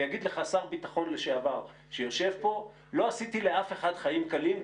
ויגיד לך שר ביטחון לשעבר שיושב פה לא עשיתי לאף אחד חיים קלים,